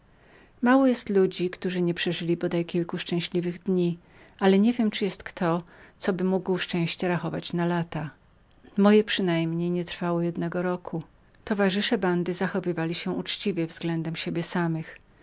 mało ludzi policzy szczęśliwe dnie w życiu ale niewiem czy jest kto coby mógł szczęście rachować na lata moje przynajmniej nie trwało jednego roku towarzysze bandy zachowywali się uczciwie względem siebie samych